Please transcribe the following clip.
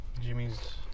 Jimmy's